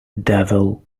devil